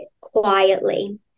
quietly